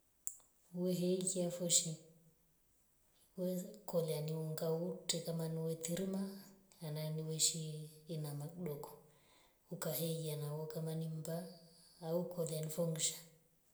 Wee helikya fooshi wei ni ungaa utre kama ni wetirima na nani weshiye inamn doko. ukaheiya na we ukamanimba au kolya nifongosha